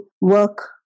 work